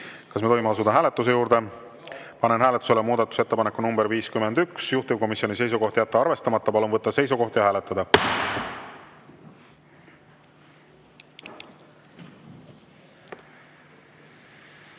Kas me tohime asuda hääletuse juurde? Panen hääletusele muudatusettepaneku nr 56, juhtivkomisjoni seisukoht on jätta arvestamata. Palun võtta seisukoht ja hääletada!